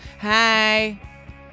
Hi